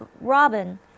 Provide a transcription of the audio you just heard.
Robin